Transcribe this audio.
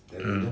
mm